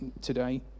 today